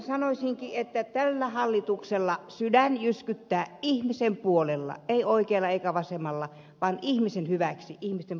minä sanoisinkin että tällä hallituksella sydän jyskyttää ihmisen puolella ei oikealla eikä vasemmalla vaan ihmisen hyväksi ihmisten puolella